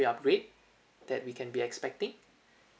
upgrade that we can be expecting